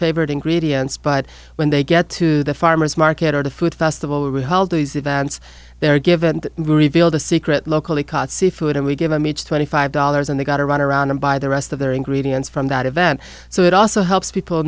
favorite ingredients but when they get to the farmers market or the food festival rahal these events they're given revealed a secret locally caught seafood and we give them each twenty five dollars and they got to run around and buy the rest of their ingredients from that event so it also helps people